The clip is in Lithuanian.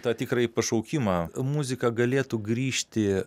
tą tikrąjį pašaukimą muzika galėtų grįžti